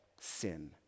sin